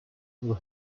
will